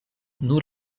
nur